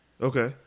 Okay